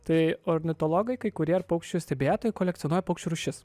tai ornitologai kai kurie ir paukščių stebėtojai kolekcionuoja paukščių rūšis